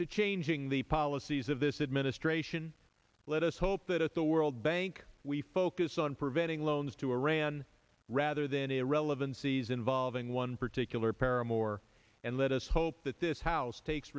to changing the policies of this administration let us hope that at the world bank we focus on preventing loans to iran rather than irrelevancies involving one particular pair and more and let us hope that this house takes